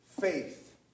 faith